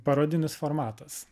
parodinis formatas